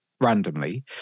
randomly